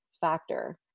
factor